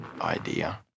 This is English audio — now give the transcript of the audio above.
idea